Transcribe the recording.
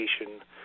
education